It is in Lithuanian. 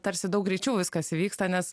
tarsi daug greičiau viskas įvyksta nes